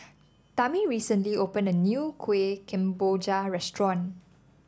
Tammi recently opened a new Kueh Kemboja restaurant